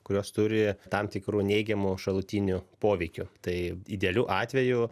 kurios turi tam tikrų neigiamų šalutinių poveikių tai idealiu atveju